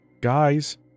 Guys